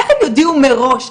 איך הם יודיעו מראש.